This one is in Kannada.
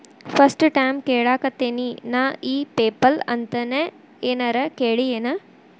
ಫಸ್ಟ್ ಟೈಮ್ ಕೇಳಾಕತೇನಿ ನಾ ಇ ಪೆಪಲ್ ಅಂತ ನೇ ಏನರ ಕೇಳಿಯೇನ್?